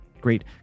Great